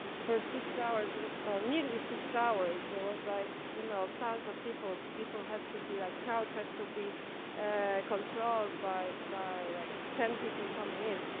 for six hours, and nearly six hours there was like, you know, tons of people. people had to be like, crowd had to be controlled by by like ten people coming in.